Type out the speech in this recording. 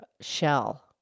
shell